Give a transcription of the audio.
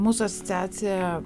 mūsų asociacija